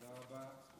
תודה רבה.